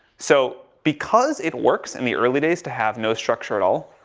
so, because it works in the early days to have no structure at all,